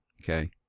okay